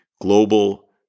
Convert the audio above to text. global